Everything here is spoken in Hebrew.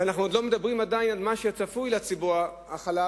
ואנחנו עוד לא מדברים על מה שצפוי לציבור החלש,